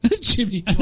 Jimmy